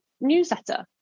newsletter